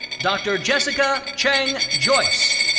dr. jessica cheng joyce.